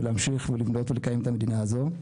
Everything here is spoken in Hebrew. ולהמשיך ולבנות ולקיים את המדינה הזו.